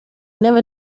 never